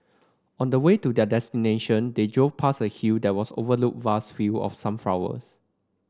on the way to their destination they drove past a hill that was overlooked vast field of sunflowers